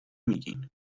میگین